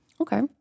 okay